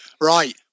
Right